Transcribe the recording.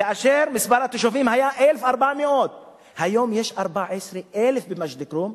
כאשר מספר התושבים היה 1,400. היום יש 14,000 במג'ד-אל-כרום,